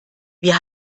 wir